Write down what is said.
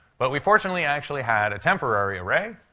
but we fortunately actually had a temporary array.